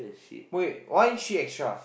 wait why is she extra